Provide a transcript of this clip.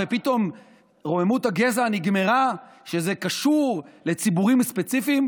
ופתאום רוממות הגזע נגמרה כשזה קשור לציבורים ספציפיים?